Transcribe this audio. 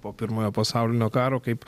po pirmojo pasaulinio karo kaip